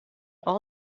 all